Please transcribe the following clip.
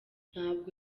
ntabwo